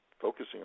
focusing